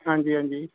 ਹਾਂਜੀ ਹਾਂਜੀ